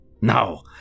Now